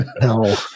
No